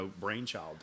brainchild